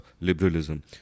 liberalism